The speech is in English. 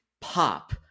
pop